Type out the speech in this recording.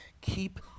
Keep